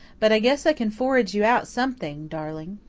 but i guess i can forage you out something, darling.